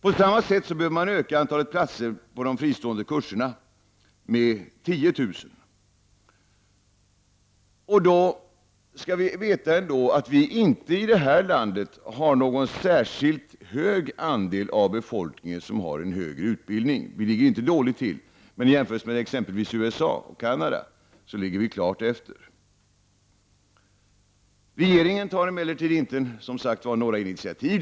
På samma sätt behöver man öka antalet platser på de fristående kurserna med 10 000. Och då skall vi veta att vi i det här landet ändå inte har någon särskilt hög andel av befolkningen som har en högre utbildning. Vi ligger inte dåligt till, men i jämförelse med t.ex. USA och Canada så ligger vi klart efter. Regeringen tar emellertid inte några initiativ.